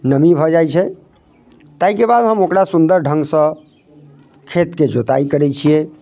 नमी भऽ जाइ भऽ जाइ छै ताइके बाद हम ओकरा सुन्दर ढ़ङ्गसँ खेतके जोताइ करै छियै